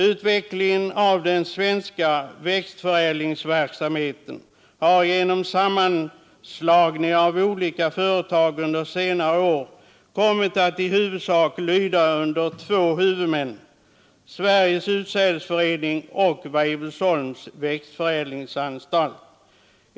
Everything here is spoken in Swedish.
Utvecklingen av den svenska växtförädlingsverksamheten har genom sammanslagningar av olika företag under senare år kommit att i huvudsak lyda under två huvudmän, Sveriges utsädesförening och Weibullsholms växtförädlingsanstalt.